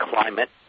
climate